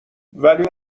ولی